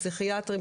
פסיכיאטריים,